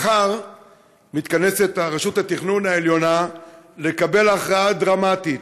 מחר מתכנסת רשות התכנון העליונה לקבל הכרעה דרמטית